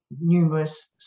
numerous